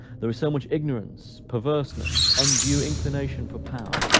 there is so much ignorance, perverseness, undue inclination for power,